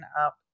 up